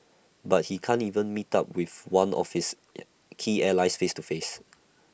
but he can't even meet up with one of his key allies face to face